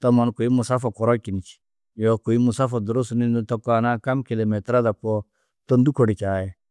To mannu kôi musafa koro činî čî. Yo, kôi musafa durusu ni nû tokoa kam kîlometurada koo to ndû kor čai.